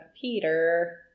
Peter